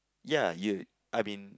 ya you~ I mean